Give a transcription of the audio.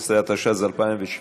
15), התשע"ז 2017,